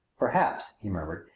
perhaps, he murmured,